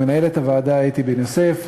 למנהלת הוועדה אתי בן-יוסף,